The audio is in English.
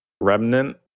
remnant